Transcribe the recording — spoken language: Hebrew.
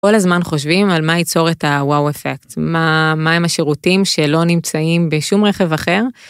כל הזמן חושבים על מה ייצור את הוואו אפקט, מה הם השירותים שלא נמצאים בשום רכב אחר.